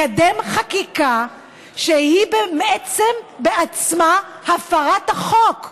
לקדם חקיקה שהיא עצמה הפרת החוק.